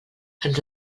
ens